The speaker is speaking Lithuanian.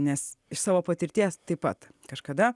nes iš savo patirties taip pat kažkada